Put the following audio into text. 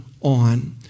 on